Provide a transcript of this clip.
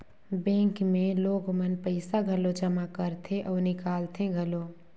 bank मे लोग मन पइसा घलो जमा करथे अउ निकालथें घलो